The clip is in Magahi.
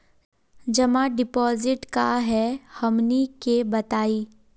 जमा डिपोजिट का हे हमनी के बताई?